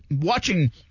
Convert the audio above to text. watching